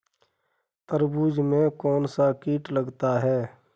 तरबूज में कौनसा कीट लगता है?